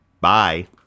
bye